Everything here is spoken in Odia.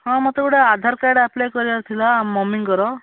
ହଁ ମୋତେ ଗୋଟେ ଆଧାର କାର୍ଡ଼ ଆପ୍ଲାଇ କରିବାର ଥିଲା ମମିଙ୍କର